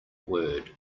word